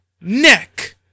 Neck